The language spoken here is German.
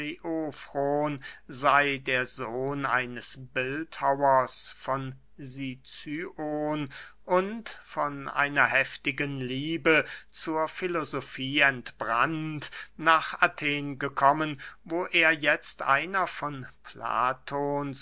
sey der sohn eines bildhauers von sicyon und von einer heftigen liebe zur filosofie entbrannt nach athen gekommen wo er jetzt einer von platons